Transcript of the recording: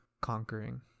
conquering